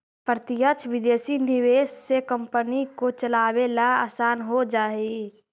प्रत्यक्ष विदेशी निवेश से कंपनी को चलावे ला आसान हो जा हई